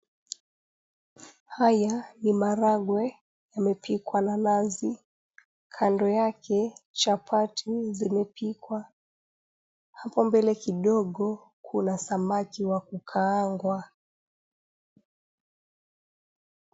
Haya ni maharagwe yamepikwa na nazi. Kando yake chapati zimepikwa. Hapo mbele kidogo kuna samaki wa kukaangwa.